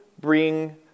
bring